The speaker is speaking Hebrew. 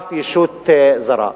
מאף ישות זרה.